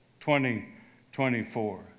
2024